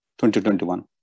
2021